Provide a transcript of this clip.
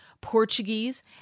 Portuguese